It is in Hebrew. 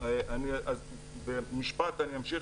אני אמשיך,